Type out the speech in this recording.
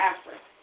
Africa